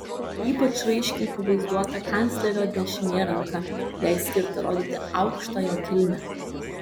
ypač raiškiai pavaizduota kanclerio dešinė ranka jai skirta rodyti aukštą jo kilmę